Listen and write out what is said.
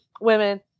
women